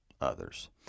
others